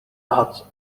out